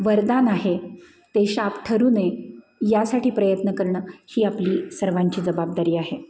वरदान आहे ते शाप ठरू नये यासाठी प्रयत्न करणं ही आपली सर्वांची जबाबदारी आहे